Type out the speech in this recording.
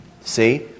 See